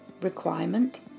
Requirement